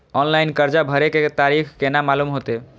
Online कर्जा भरे के तारीख केना मालूम होते?